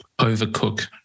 overcook